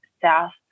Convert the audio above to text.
South